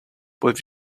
but